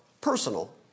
personal